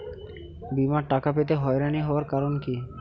বিমার টাকা পেতে হয়রানি হওয়ার কারণ কি?